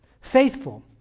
faithful